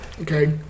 Okay